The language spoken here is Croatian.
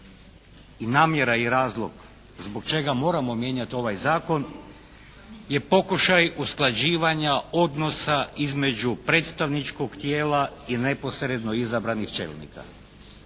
i namjera i razlog zbog čega moramo mijenjati ovaj zakon je pokušaj usklađivanja odnosa između predstavničkog tijela i neposredno izabranih čelnika.